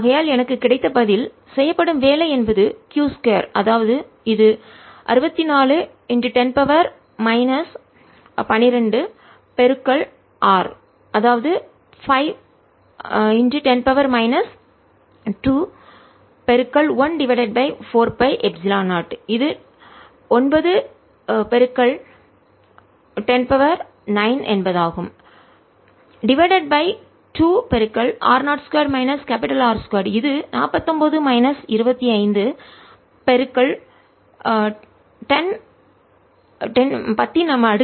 ஆகையால் எனக்கு கிடைத்த பதில் செய்யப்படும் வேலை என்பது q 2 அதாவது இது 6410 12 r அதாவது 5 10 2 1 டிவைடட் பை 4 பை எப்சிலன் 0 இது 910 9 என்பதாகும் divided by 2 r0 2 minus R 2 இது 49 மைனஸ் 25 10 4